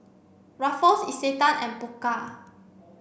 Ruffles Isetan and Pokka